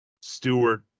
Stewart